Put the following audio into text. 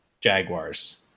Jaguars